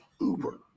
Uber